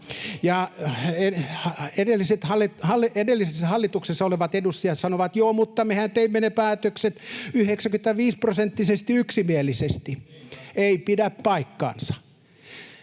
edellisessä hallituksessa olleet edustajat sanovat, että joo, mutta mehän teimme ne päätökset 95-prosenttisesti yksimielisesti. [Keskustan